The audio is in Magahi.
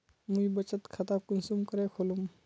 मुई बचत खता कुंसम करे खोलुम?